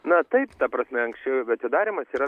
na taip ta prasme anksčiau atidarymas yra